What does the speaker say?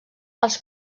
els